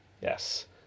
Yes